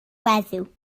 weddw